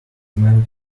man